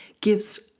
gives